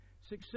success